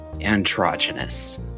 androgynous